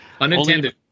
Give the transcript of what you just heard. Unintended